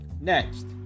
Next